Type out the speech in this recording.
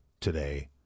today